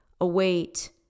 await